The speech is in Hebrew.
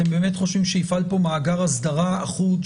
אתם באמת חושבים שיפעל פה מאגר אסדרה אחוד,